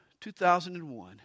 2001